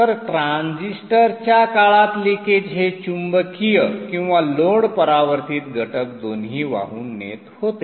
तर ट्रान्झिस्टरच्या काळात लिकेज हे चुंबकीय आणि लोड परावर्तित घटक दोन्ही वाहून नेत होते